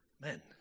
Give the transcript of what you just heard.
men